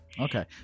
Okay